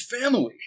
family